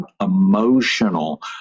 emotional